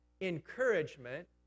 encouragement